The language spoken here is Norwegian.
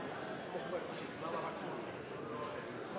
på at det også har vært